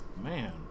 Man